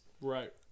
right